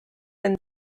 den